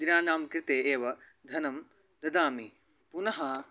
दिनानां कृते एव धनं ददामि पुनः